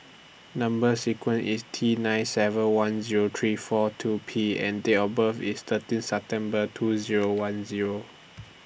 Number sequence IS T nine seven one Zero three four two P and Date of birth IS thirteen September two Zero one Zero